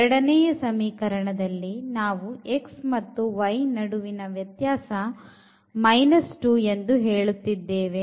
ಎರಡನೆಯ ಸಮೀಕರಣದಲ್ಲಿ ನಾವು x ಮತ್ತು y ನಡುವಿನ ವ್ಯತ್ಯಾಸ 2 ಎಂದು ಹೇಳುತ್ತಿದ್ದೇವೆ